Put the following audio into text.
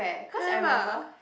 have ah